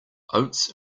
oats